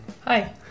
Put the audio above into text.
Hi